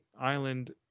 island